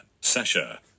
Sasha